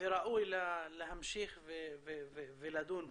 וראוי להמשיך ולדון בו,